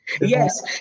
Yes